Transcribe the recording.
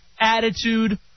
attitude